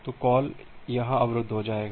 तो कॉल यहाँ अवरुद्ध हो जाएगा